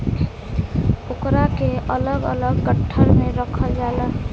ओकरा के अलग अलग गट्ठर मे रखल जाला